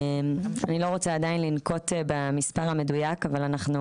אני לא רוצה עדיין לנקוט במספר המדויק אבל אנחנו